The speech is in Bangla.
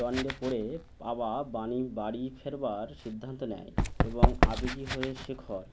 দ্বন্দ্বে পড়ে পাওয়া বাণী বাড়ি ফেরবার সিদ্ধান্ত নেয় এবং আবেগী হয়ে শেখর